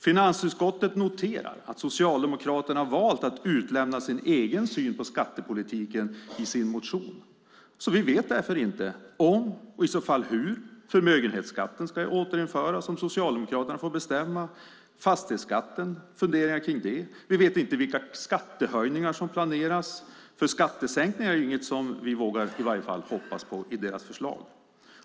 Finansutskottet noterar att Socialdemokraterna har valt att utelämna sin egen syn på skattepolitiken i sin motion. Vi vet därför inte om, och i så fall hur, förmögenhetsskatten ska återinföras om Socialdemokraterna får bestämma. Vi vet inte vad det finns för funderingar om fastighetsskatten. Vi vet inte vilka skattehöjningar som planeras. Skattesänkningar är i varje fall inget som vi vågar hoppas på i deras förslag.